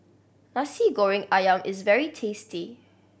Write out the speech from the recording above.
Nasi Goreng Ayam is very tasty